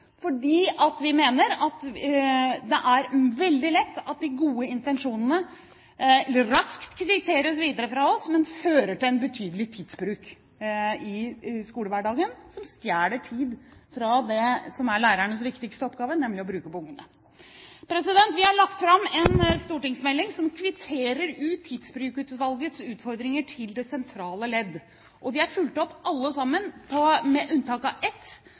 vi mener at det er veldig lett at de gode intensjonene raskt kvitteres videre fra oss, men de fører til betydelig tidsbruk i skolehverdagen som stjeler tid fra det som er lærernes viktigste oppgave, nemlig å bruke tiden på ungene. Vi har lagt fram en stortingsmelding som kvitterer ut Tidsbrukutvalgets utfordringer til det sentrale ledd. De er fulgt opp alle sammen, med unntak av ett.